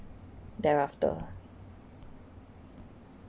thereafter